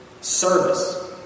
service